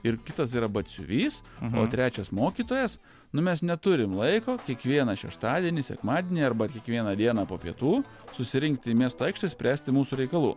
ir kitas yra batsiuvys o trečias mokytojas nu mes neturim laiko kiekvieną šeštadienį sekmadienį arba kiekvieną dieną po pietų susirinkt į miesto aikštę spręsti mūsų reikalų